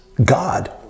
God